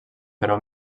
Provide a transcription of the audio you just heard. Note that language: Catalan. però